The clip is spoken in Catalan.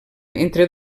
entre